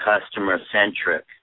customer-centric